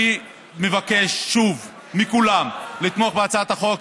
אני מבקש שוב מכולם לתמוך בהצעת החוק,